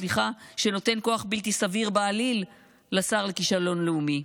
שנותן כוח בלתי סביר בעליל לשר לכישלון לאומי.